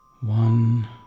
one